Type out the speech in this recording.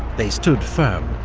they stood firm,